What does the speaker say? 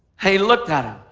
he looked at him,